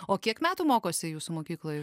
o kiek metų mokosi jūsų mokykloj